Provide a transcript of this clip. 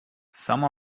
some